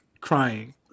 crying